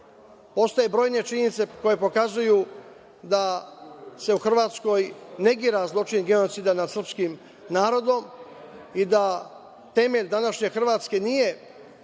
Postoje brojne činjenice koje pokazuju da se u Hrvatskoj negira zločin genocida nad srpskim narodom i da temelj današnje Hrvatske nije